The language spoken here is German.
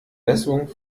messung